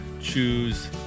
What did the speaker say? choose